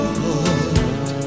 heart